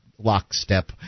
lockstep